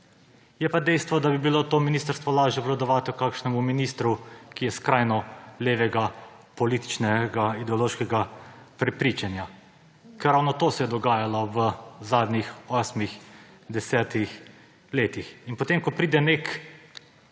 Je pa dejstvo, da bi bilo to ministrstvo lažje obvladovati kakšnemu ministru, ki je skrajno levega političnega, ideološkega prepričanja. Ker ravno to se je dogajalo v zadnjih osmih, 10 letih. In ko potem pride nek